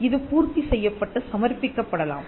இது பூர்த்தி செய்யப்பட்டு சமர்ப்பிக்கப்படலாம்